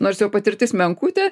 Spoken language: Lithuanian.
nors jo patirtis menkutė